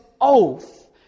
oath